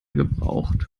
gebraucht